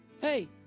Hey